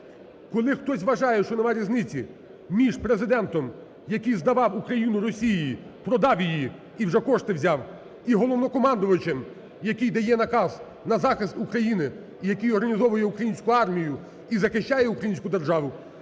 Коли хтось вважає, що немає різниці між Президентом, який здавав Україну Росії, продав її і вже кошти взяв, і головнокомандувачем, який дає наказ на захист України і який організовує українську армію, і захищає українську державу,